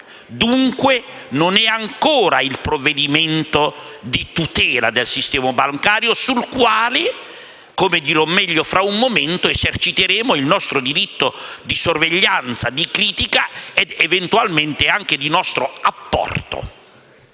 Dunque, non è ancora il provvedimento di tutela del sistema bancario sul quale, come dirò meglio fra un momento, eserciteremo il nostro diritto di sorveglianza, di critica e, eventualmente, anche di apporto.